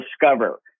discover